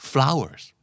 Flowers